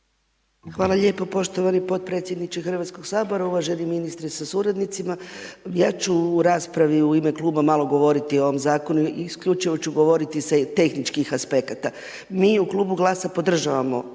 Hvala lijepo podpredsjedniče HS-a, uvaženi ministre sa suradnicima. Ja ću u raspravi u ime kluba malo govoriti o ovom zakonu, isključivo ću govoriti sa tehničkih aspekata. Mi u klubu Glasa podržavamo